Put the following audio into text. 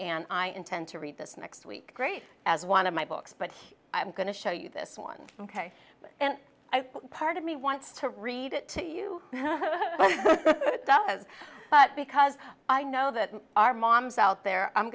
and i intend to read this next week great as one of my books but i'm going to show you this one ok and part of me wants to read it to you but it does but because i know that our moms out there i'm